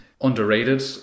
underrated